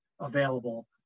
available